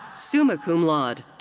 summa cum laude.